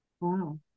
wow